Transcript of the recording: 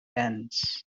ends